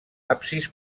absis